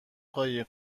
قایق